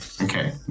okay